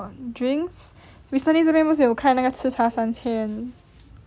drinks recently 这边不是有开那个吃茶三千